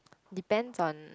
depends on